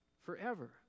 Forever